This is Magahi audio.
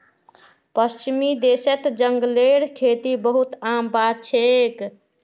पश्चिमी देशत जंगलेर खेती बहुत आम बात छेक